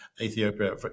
Ethiopia